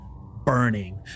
burning